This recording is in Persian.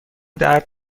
درد